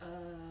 err